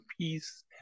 peace